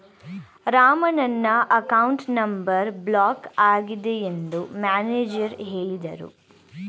ರಾಮಣ್ಣನ account number block ಆಗಿದೆ ಎಂದು manager ಹೇಳಿದರು